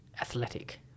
...athletic